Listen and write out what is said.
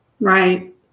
Right